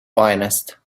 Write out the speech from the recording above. finest